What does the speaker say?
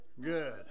good